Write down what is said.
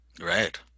Right